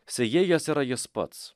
sėjėjas yra jis pats